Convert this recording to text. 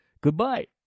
goodbye